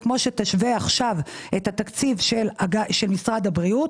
זה כמו שתשווה עכשיו את תקציב משרד הבריאות